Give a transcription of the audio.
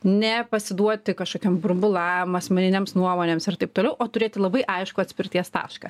ne pasiduoti kažkokiem burbulams asmeninėms nuomonėms ir taip toliau o turėti labai aiškų atspirties tašką